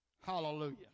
Hallelujah